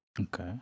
Okay